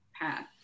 path